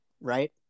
right